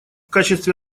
качестве